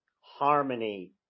harmony